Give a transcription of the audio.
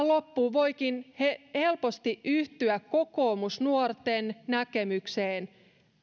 loppuun voikin helposti yhtyä kokoomusnuorten näkemykseen